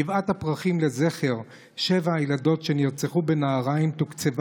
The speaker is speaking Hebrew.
גבעת הפרחים לזכר שבע הילדות שנרצחו בנהריים תוקצבה